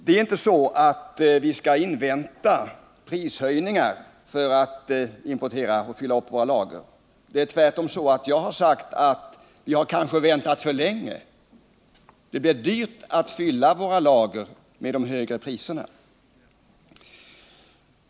Det är vidare inte så att vi har uppfattningen att vi bör avvakta prishöjningarna innan vi importerar och fyller våra lager. Jag har tvärtom sagt att vi kanske har väntat för länge, eftersom det blir dyrt att fylla lagren med de högre priserna.